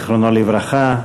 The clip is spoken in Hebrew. זיכרונו לברכה.